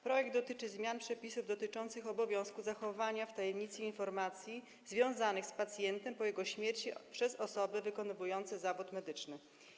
Projekt dotyczy zmian w przepisach dotyczących obowiązku zachowania w tajemnicy informacji dotyczących pacjenta po jego śmierci przez osoby wykonujące zawód medyczny.